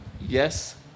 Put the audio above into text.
yes